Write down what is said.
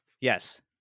Yes